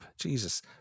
Jesus